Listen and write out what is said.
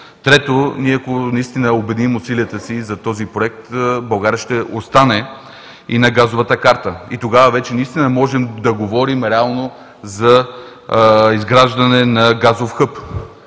Трето, ако обединим усилията си за този проект, България ще остане и на газовата карта. Тогава вече можем да говорим реално за изграждане на газов хъб.